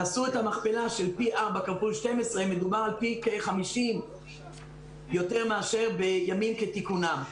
תעשו את המכפלה של פי 4 כפול 12 ומדובר על פי כ-50 מאשר בימים כתיקונם.